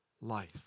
life